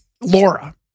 Laura